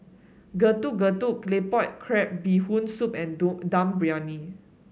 Getuk Getuk Claypot Crab Bee Hoon Soup and Dum Briyani